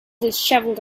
dishevelled